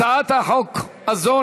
הצעת החוק הזאת,